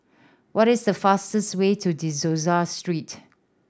what is the fastest way to De Souza Street